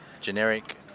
generic